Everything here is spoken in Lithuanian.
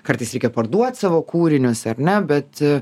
kartais reikia parduot savo kūrinius ar ne bet